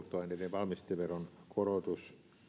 valmisteveron korotus